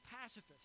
pacifist